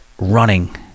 running